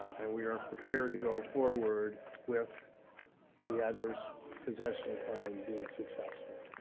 um and we are prepared to go forward with the adverse possession claim being successful.